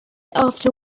after